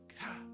God